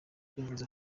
turifuza